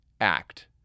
act